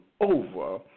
over